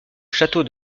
château